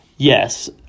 Yes